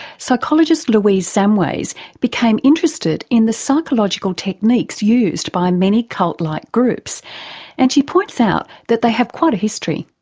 psychologist louise samways became interested in the psychological techniques used by many cult-like groups and she points out that they have quite a history.